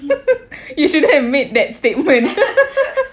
you shouldn't have made that statement